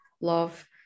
love